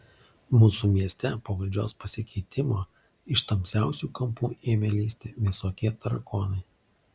mūsų mieste po valdžios pasikeitimo iš tamsiausių kampų ėmė lįsti visokie tarakonai